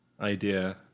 idea